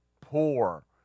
poor